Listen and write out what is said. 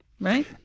right